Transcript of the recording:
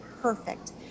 perfect